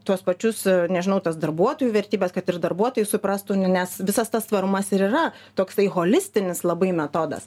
tuos pačius nežinau tas darbuotojų vertybes kad ir darbuotojai suprastų nes visas tas tvarumas ir yra toksai holistinis labai metodas